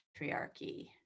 patriarchy